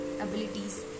abilities